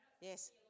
Yes